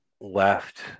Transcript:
left